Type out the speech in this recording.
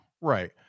right